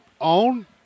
own